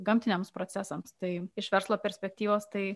gamtiniams procesams tai iš verslo perspektyvos tai